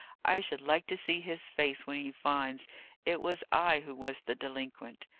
i should like to see his face when he finds it was i who was the delinquent.